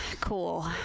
cool